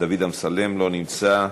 דוד אמסלם, לא נמצא,